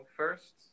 first